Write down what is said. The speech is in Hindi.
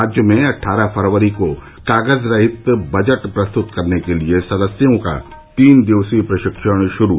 राज्य में अट्ठारह फरवरी को कागज रहित बजट प्रस्तुत करने के लिए सदस्यों का तीन दिवसीय प्रशिक्षण श्रू